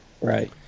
Right